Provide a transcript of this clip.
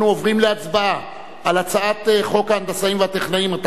אנחנו עוברים להצבעה על הצעת חוק ההנדסאים והטכנאים המוסמכים,